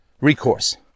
recourse